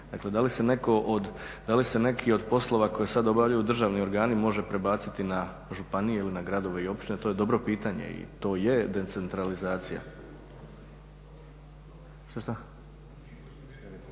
od, da li se neki od poslova koji sada obavljaju državni organi može prebaciti na županiju ili na gradove ili općine? To je dobro pitanje i to je decentralizacija.